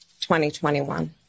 2021